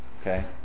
Okay